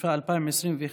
התשפ"א 2021,